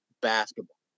basketball